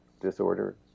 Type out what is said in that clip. disorder